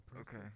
Okay